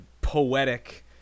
poetic